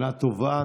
שנה טובה.